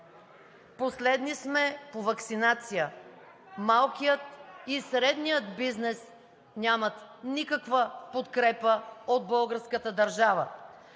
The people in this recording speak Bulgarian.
Последни сме по ваксинация. Малкият и средният бизнес нямат никаква подкрепа от българската държава.